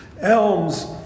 elms